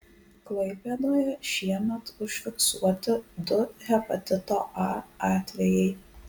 klaipėdoje šiemet užfiksuoti du hepatito a atvejai